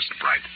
Bright